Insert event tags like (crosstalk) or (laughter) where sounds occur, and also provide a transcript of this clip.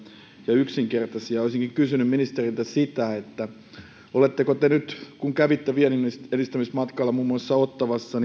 ja yksinkertaisia olisinkin kysynyt ministeriltä oletteko te nyt kun kävitte vienninedistämismatkalla muun muassa ottawassa (unintelligible)